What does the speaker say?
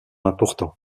importants